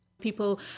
People